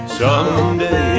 someday